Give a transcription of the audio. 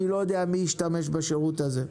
כי מי ישתמש בשירות הזה.